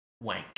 wank